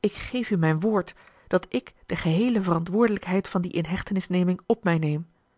ik geef u mijn woord dat ik de geheele verantwoordelijkheid van die inhechtenisneming op mij neem